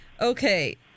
okay